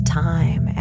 time